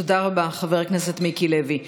תודה רבה, חבר הכנסת מיקי לוי.